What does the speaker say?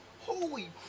Holy